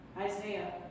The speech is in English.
Isaiah